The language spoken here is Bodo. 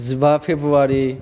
जिबा फेब्रुवारि